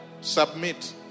submit